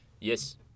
Yes